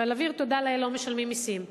על אוויר, תודה לאל, לא משלמים מסים,